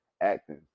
acting